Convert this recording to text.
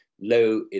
low